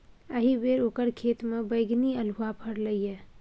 एहिबेर ओकर खेतमे बैगनी अल्हुआ फरलै ये